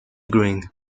green